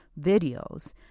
videos